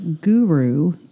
guru